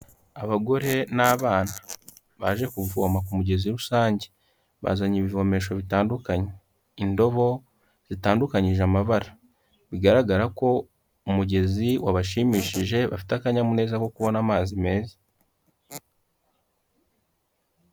Abagore n'abana, baje kuvoma ku mugezi rusange. Bazanye ibivomesho bitandukanye indobo, zitandukanyije amabara. Bigaragara ko umugezi wabashimishije bafite akanyamuneza ko kubona amazi meza.